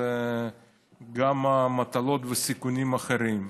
אלה גם מטלות וסיכונים אחרים.